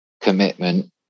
commitment